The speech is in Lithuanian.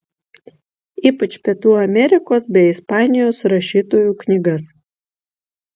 ypač pietų amerikos bei ispanijos rašytojų knygas